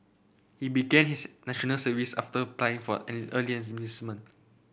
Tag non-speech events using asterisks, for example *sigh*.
he began his National Service after applying for *unintelligible* early enlistment